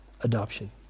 Adoption